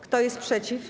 Kto jest przeciw?